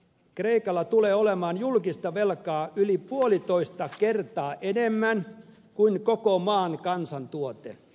kreikalla tulee olemaan julkista velkaa yli puolitoista kertaa enemmän kuin koko maan kansantuote